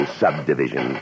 subdivision